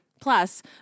Plus